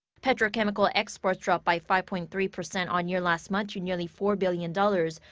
petrochemical exports dropped by five point three percent on-year last month to nearly four billion dollars.